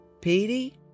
Petey